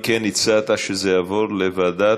אם כן, הצעת שזה יעבור לוועדת,